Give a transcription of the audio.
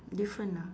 different ah